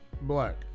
black